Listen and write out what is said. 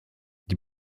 die